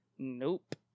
nope